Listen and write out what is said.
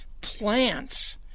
plants